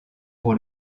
pour